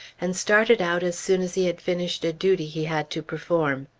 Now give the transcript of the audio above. and started out as soon as he had finished a duty he had to perform.